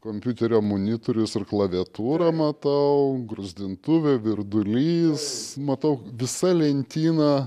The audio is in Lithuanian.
kompiuterio monitorius ir klaviatūrą matau gruzdintuvę virdulys matau visa lentyna